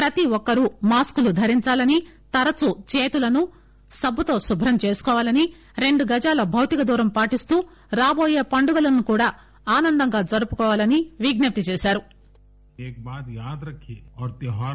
ప్రతి ఒక్కరూ మాస్కులు ధరించాలనీ తరచూ చేతులు సబ్బుతో శుభ్రం చేసుకోవాలనీ రెండు గజాల భౌతిక దూరం పాటిస్తూ రాబో యే పండుగలను కూడా ఆనందంగా జరుపుకోవాలని విజ్ఞప్తి చేశారు